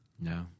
No